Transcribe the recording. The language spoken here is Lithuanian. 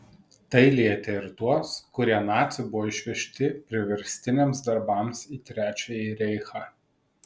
tai lietė ir tuos kurie nacių buvo išvežti priverstiniams darbams į trečiąjį reichą